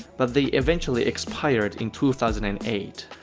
but they eventually expired in two thousand and eight.